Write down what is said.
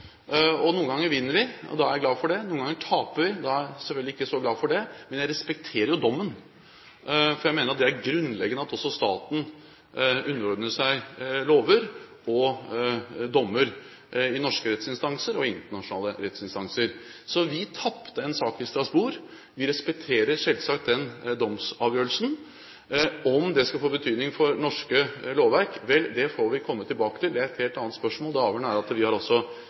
person. Noen ganger vinner vi, og da er jeg glad for det, og noen ganger taper vi. Da er jeg selvfølgelig ikke så glad, men jeg respekterer jo dommen, for jeg mener at det er grunnleggende at også staten underordner seg lover og dommer i norske rettsinstanser og i internasjonale rettsinstanser. Vi tapte en sak i Strasbourg. Vi respekterer selvsagt den domsavgjørelsen. Om den skal få betydning for norsk lovverk – vel, det får vi komme tilbake til. Det er et helt annet spørsmål. Det avgjørende er at vi altså ikke har